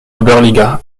oberliga